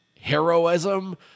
heroism